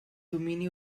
domini